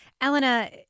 Elena